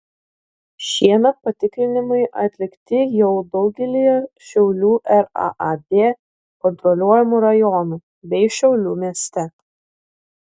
šiemet patikrinimai atlikti jau daugelyje šiaulių raad kontroliuojamų rajonų bei šiaulių mieste